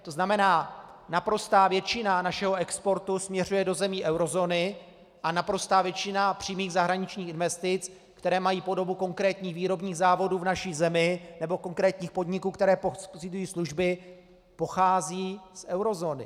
To znamená, naprostá většina našeho exportu směřuje do zemí eurozóny a naprostá většina přímých zahraničních investic, které mají podobu konkrétních výrobních závodů v naší zemi nebo konkrétních podniků, které poskytují služby, pochází z eurozóny.